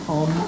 on